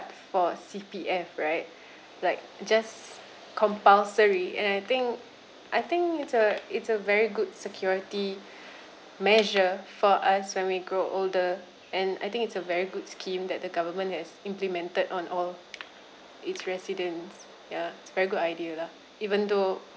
for C_P_F right like just compulsory and I think I think it's a it's a very good security measure for us when we grow older and I think it's a very good scheme that the government has implemented on all its residents ya it's very good idea lah even though